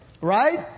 Right